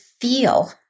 feel